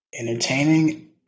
entertaining